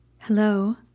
Hello